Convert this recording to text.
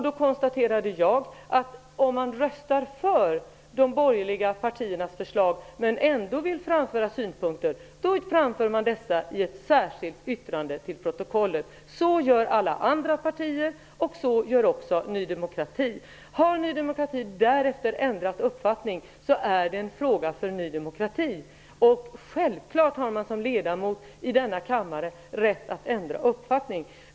Då konstaterade jag att om man röstar för de borgerliga partiernas förslag, men ändå vill framföra synpunkter, gör man det i ett särskilt yttrande till protokollet. Så gör alla andra partier, och så gör också Ny demokrati. Om Ny demokrati därefter har ändrat uppfattning är det en fråga för Ny demokrati. Sjävfallet har man som ledamot i denna kammare rätt att ändra uppfattning.